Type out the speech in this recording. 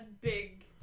big